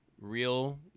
real